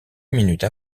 minutes